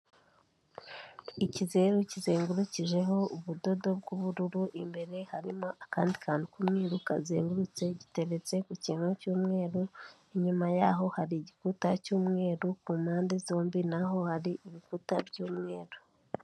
Ikizeru kizengurukijeho ubudodo bw'ubururu, imbere harimo akandi kantu k'umwiru kazengurutse giteretse ku kintu cy'umweru, inyuma yaho hari igikuta cy'umweru, ku mpande zombi na ho hari ibikuta by'umweru.